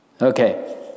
Okay